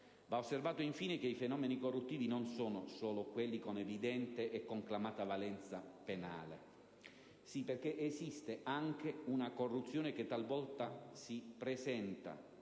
Va osservato, infine, che i fenomeni corruttivi non sono solo quelli con evidente e conclamata valenza penale. Sì, perché esiste anche una forma di corruzione che talvolta si palesa